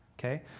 Okay